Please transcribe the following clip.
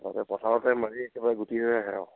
পথাৰতে মাৰি একেবাৰে গুটি হৈ আহে আৰু